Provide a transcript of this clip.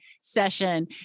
session